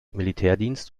militärdienst